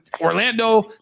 Orlando